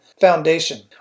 Foundation